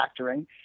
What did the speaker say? factoring